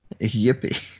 Yippee